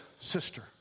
sister